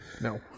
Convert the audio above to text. No